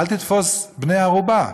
אל תתפוס בני-ערובה.